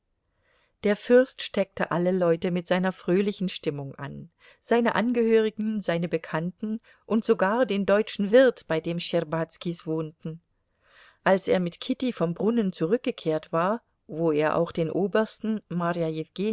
der fürst steckte alle leute mit seiner fröhlichen stimmung an seine angehörigen seine bekannten und sogar den deutschen wirt bei dem schtscherbazkis wohnten als er mit kitty vom brunnen zurückgekehrt war wo er auch den obersten marja